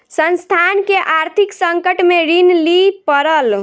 संस्थान के आर्थिक संकट में ऋण लिअ पड़ल